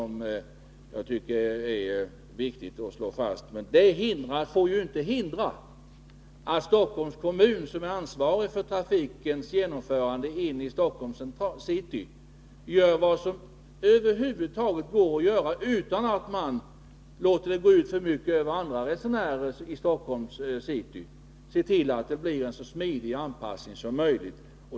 Men det får ju inte hindra att Stockholms kommun, som är ansvarig för trafiken inne i Stockholms city, gör allt vad som över huvud taget går att göra, utan att låta det gå ut över andra resenärer i Stockholms city. Man får se till att det blir en så smidig anpassning som möjligt.